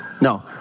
No